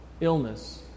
illness